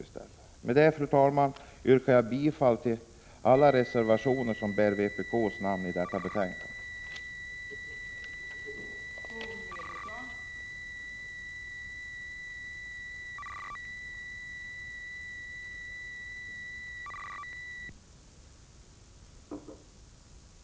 55 Med detta, fru talman, yrkar jag bifall till alla de reservationer i det föreliggande betänkandet som är undertecknade av vpk:s företrädare.